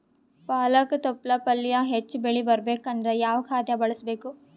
ಪಾಲಕ ತೊಪಲ ಪಲ್ಯ ಹೆಚ್ಚ ಬೆಳಿ ಬರಬೇಕು ಅಂದರ ಯಾವ ಖಾದ್ಯ ಬಳಸಬೇಕು?